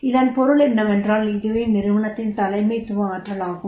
இதன் பொருள் என்னவென்றால் இதுவே நிறுவனத்தின் தலைமைத்துவ ஆற்றலாகும்